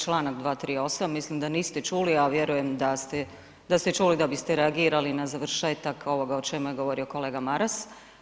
Čl. 238. mislim da niste čuli, a ja vjerujem da ste čuli da biste reagirali na završetak ovoga o čemu je govorio kolega Maras.